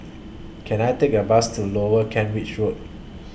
Can I Take A Bus to Lower Kent Ridge Road